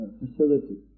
facility